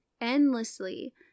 endlessly